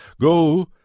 Go